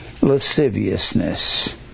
lasciviousness